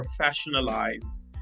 professionalize